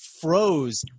froze